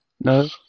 No